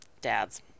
dads